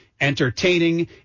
entertaining